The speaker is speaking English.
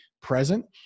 present